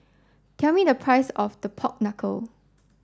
tell me the price of the Pork Knuckle